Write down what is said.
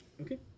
Okay